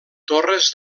torres